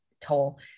toll